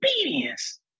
obedience